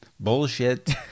Bullshit